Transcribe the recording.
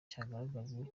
cyagaragajwe